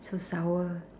so sour